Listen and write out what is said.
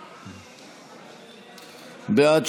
בעד,